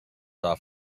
off